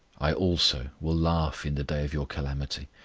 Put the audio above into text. i also will laugh in the day of your calamity.